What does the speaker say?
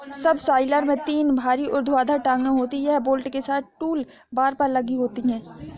subsoiler में तीन भारी ऊर्ध्वाधर टांगें होती हैं, यह बोल्ट के साथ टूलबार पर लगी होती हैं